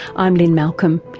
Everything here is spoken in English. i'm lynne malcolm,